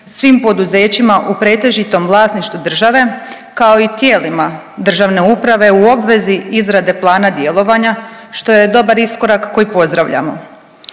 svim poduzećima u pretežitom vlasništvu države, kao i tijelima državne uprave u obvezi izrade plana djelovanja, što je dobar iskorak koji pozdravljamo.